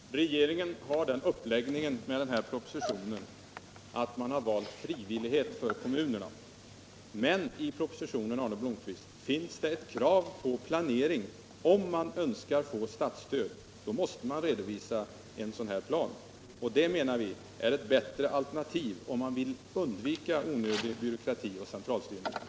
Herr talman! Regeringen har vid uppläggningen av den här propositionen valt frivillighet för kommunerna. Men i propositionen, Arne Blomkvist, finns det ett krav på planering, om man önskar få statsstöd. Då måste man alltså framlägga en plan. Enligt vår åsikt är detta ett bättre alternativ, om man vill undvika onödig byråkrati och centralstyrning.